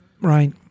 Right